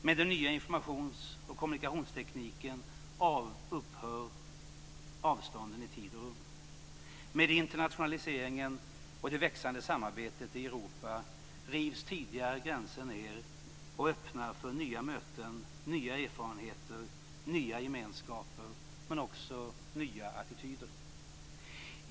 Med den nya informations och kommunikationstekniken upphör avstånden i tid och rum. Med internationaliseringen och det växande samarbetet i Europa rivs tidigare gränser ned och öppnar för nya möten, nya erfarenheter och nya gemenskaper, men också nya attityder.